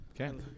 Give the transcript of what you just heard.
Okay